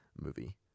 movie